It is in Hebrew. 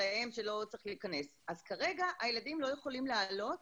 וכרגע הילדים לא יכולים לעלות